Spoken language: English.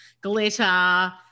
glitter